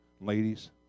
ladies